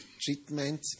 treatment